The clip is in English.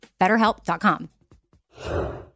Betterhelp.com